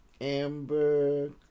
Amber